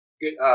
Good